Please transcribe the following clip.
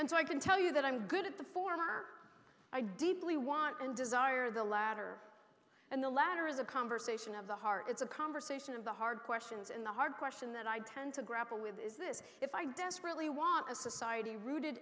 and so i can tell you that i'm good at the former i deeply want and desire the latter and the latter is a conversation of the heart it's a conversation of the hard questions in the hard question that i tend to grapple with is this if i desperately want a society rooted